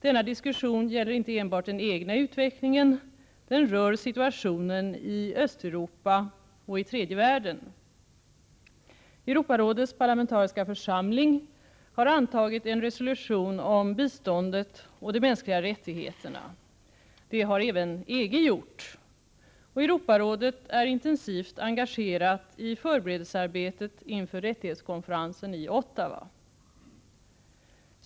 Denna diskussion gäller inte enbart den egna utvecklingen, den rör situationen i Östeuropa och i tredje världen. Europarådets parlamentariska församling har antagit en resolution om biståndet och de mänskliga rättigheterna. Det har även EG gjort. Europarådet är intensivt engagerat i förberedelsearbetet inför rättighetskonferensen i Ottawa.